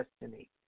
destiny